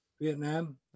Vietnam